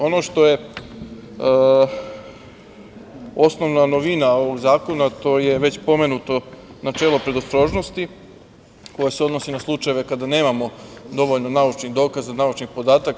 Ono što je osnovna novina, ovog zakona, to je već pomenuto načelo predostrožnosti, koje se odnosi na slučajeve kada nemamo dovoljno naučnih dokaza, naučnih podataka.